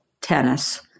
tennis